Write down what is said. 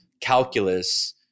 calculus